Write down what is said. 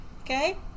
Okay